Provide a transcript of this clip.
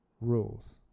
rules